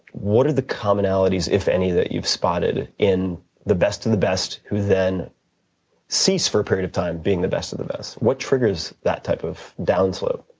what are the commonalities, if any, that you've spotted in the best of the best who then cease for a period of time being the best of the best? what triggers that type of downslope?